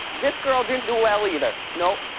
this girl didn't do well either, no.